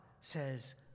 says